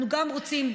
אנחנו גם רוצים,